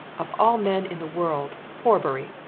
of all men in the world, horbury!